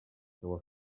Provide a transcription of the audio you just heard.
seua